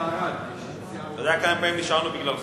אתה יודע כמה פעמים נשארנו בגללך?